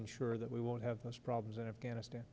ensure that we won't have those problems in afghanistan